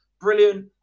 brilliant